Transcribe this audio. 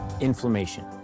inflammation